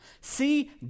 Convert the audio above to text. See